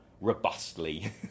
robustly